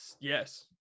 Yes